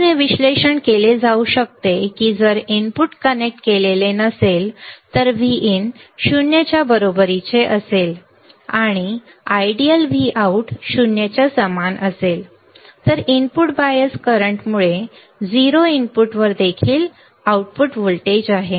म्हणून हे विश्लेषण केले जाऊ शकते की जर इनपुट कनेक्ट केलेले नसेल तर Vin 0 च्या बरोबरीने असेल आणि आदर्शपणे Vout 0 च्या समान असेल परंतु इनपुट बायस करंटमुळे 0 इनपुटवर देखील आउटपुट व्होल्टेज आहे